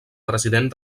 president